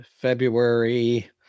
February